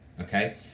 okay